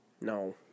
No